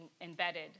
embedded